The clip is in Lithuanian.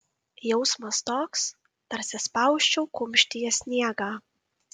jausmas toks tarsi spausčiau kumštyje sniegą